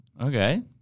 Okay